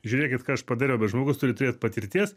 žiūrėkit ką aš padariau bet žmogus turi turėt patirties